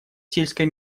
сельской